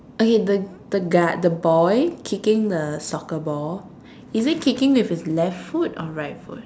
okay the the guard the boy kicking the soccer ball is he kicking with his left foot or right foot